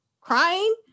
crying